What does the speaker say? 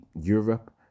Europe